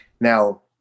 now